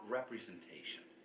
representation